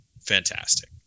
fantastic